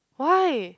why